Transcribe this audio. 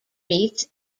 meets